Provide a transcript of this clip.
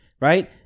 right